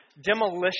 demolition